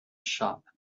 shop